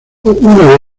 una